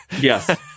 Yes